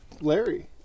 larry